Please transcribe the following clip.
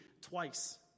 twice